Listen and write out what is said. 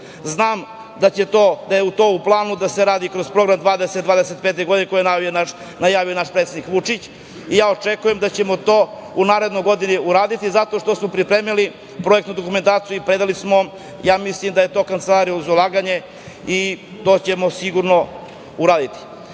reši. Znam da je u planu da se to radi kroz Program 2025, koji je najavio naš predsednik Vučić, i ja očekujem da ćemo to u narednoj godini uraditi zato što smo pripremili projektnu dokumentaciju i predali smo je, ja mislim, Kancelariji za ulaganje. To ćemo sigurno uraditi.